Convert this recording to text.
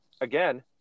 again